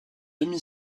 demi